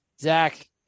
Zach